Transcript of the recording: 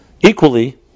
equally